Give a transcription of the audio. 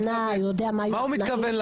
והם יודעים שהוא על תנאי, יודע מה התנאים שלו?